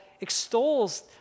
extols